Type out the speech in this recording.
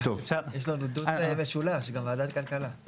יש לנו דו"צ משולש, גם ועדת הכלכלה...